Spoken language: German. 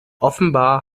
offenbar